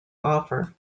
offer